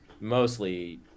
mostly